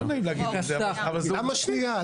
למה שנייה?